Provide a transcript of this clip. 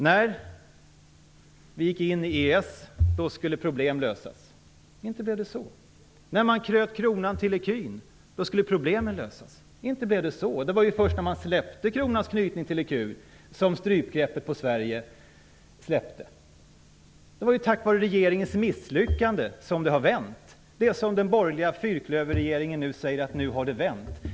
När vi gick in i EES skulle problem lösas. Inte blev det så. När man knöt kronan till ecun skulle problemen lösas, men inte blev det så. Det var ju först när man släppte kronans knytning till ecun som strypgreppet på Sverige släppte. Det är ju tack vare den tidigare borgerliga fyrklöverregeringens misslyckande som det har vänt.